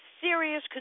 serious